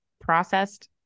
processed